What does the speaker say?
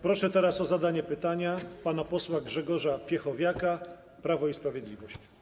Proszę o zadanie pytania pana posła Grzegorza Piechowiaka, Prawo i Sprawiedliwość.